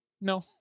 No